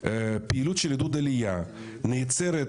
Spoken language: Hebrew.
פעילות של עידוד עלייה נעצרת,